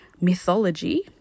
mythology